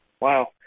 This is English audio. Wow